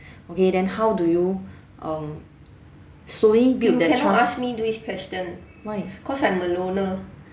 okay then how do you um slowly build that trust why